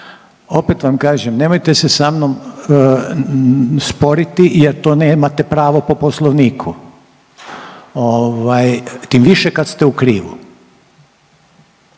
Opet vam kažem, nemojte se sa mnom sporiti jer to nemate pravo po poslovniku, ovaj tim više kad ste u krivu…